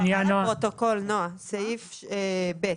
לגבי סעיף (ב),